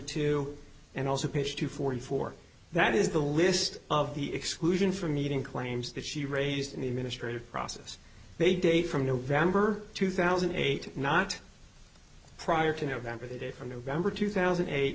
two and also page two forty four that is the list of the exclusion for meeting claims that she raised in the ministry of process they date from november two thousand and eight not prior to november the date from november two thousand and eight